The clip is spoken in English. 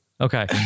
Okay